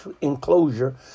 enclosure